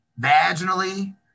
vaginally